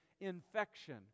infection